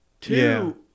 Two